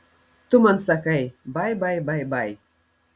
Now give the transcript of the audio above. tu man sakai bai bai bai bai